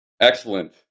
Excellent